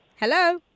Hello